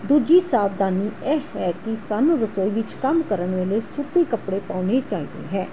ਦੂਜੀ ਸਾਵਧਾਨੀ ਇਹ ਹੈ ਕਿ ਸਾਨੂੰ ਰਸੋਈ ਵਿੱਚ ਕੰਮ ਕਰਨ ਵੇਲੇ ਸੂਤੀ ਕੱਪੜੇ ਪਾਉਣੇ ਚਾਹੀਦੇ ਹੈ